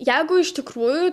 jeigu iš tikrųjų